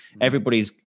Everybody's